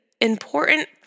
important